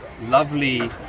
lovely